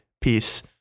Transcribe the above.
Peace